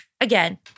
again